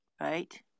Right